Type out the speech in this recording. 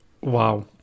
Wow